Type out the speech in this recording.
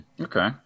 Okay